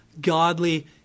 godly